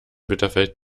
bitterfeld